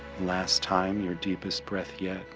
last time, your deepest breath yet,